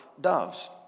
doves